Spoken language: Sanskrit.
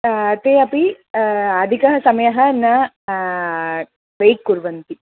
ते अपि अधिकः समयः न वेय्ट् कुर्वन्ति